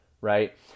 right